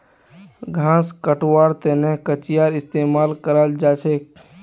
घास कटवार तने कचीयार इस्तेमाल कराल जाछेक